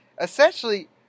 essentially